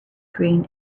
green